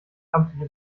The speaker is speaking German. amtliche